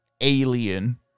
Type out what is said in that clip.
alien